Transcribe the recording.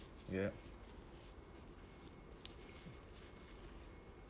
yup